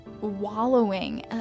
wallowing